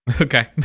Okay